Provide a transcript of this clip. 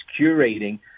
curating